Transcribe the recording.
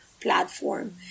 Platform